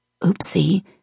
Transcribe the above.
Oopsie